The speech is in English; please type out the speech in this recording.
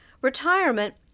Retirement